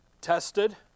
tested